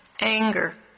anger